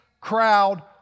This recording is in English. crowd